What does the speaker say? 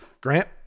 Grant